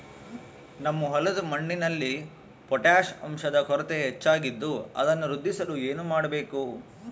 ನಮ್ಮ ಹೊಲದ ಮಣ್ಣಿನಲ್ಲಿ ಪೊಟ್ಯಾಷ್ ಅಂಶದ ಕೊರತೆ ಹೆಚ್ಚಾಗಿದ್ದು ಅದನ್ನು ವೃದ್ಧಿಸಲು ಏನು ಮಾಡಬೇಕು?